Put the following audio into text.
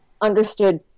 understood